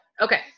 Okay